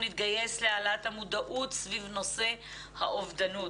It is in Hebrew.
נתגייס להעלאת המודעות סביב נושא האובדנות.